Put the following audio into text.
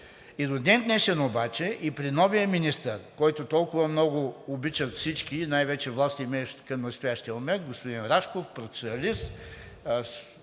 И до ден днешен при новия министър, който толкова много обича всички и най-вече властимеющите към настоящия момент, господин Рашков – професионалист,